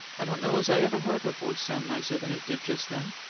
i don't know as i ever heard her voice sound nicer than it did just then.